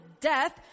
death